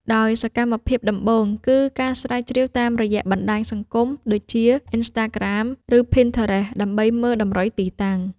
ដោយសកម្មភាពដំបូងគឺការស្រាវជ្រាវតាមរយៈបណ្ដាញសង្គម ដូចជា អុីនស្តាក្រាម ឬ ភីនធឺរេស ដើម្បីមើលតម្រុយទីតាំង។